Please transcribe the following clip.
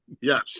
Yes